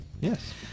Yes